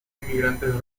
inmigrantes